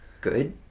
good